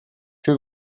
que